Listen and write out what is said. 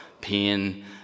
pain